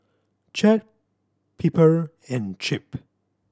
Chet Piper and Chip